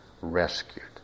rescued